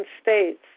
states